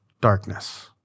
Darkness